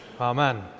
amen